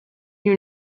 you